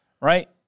Right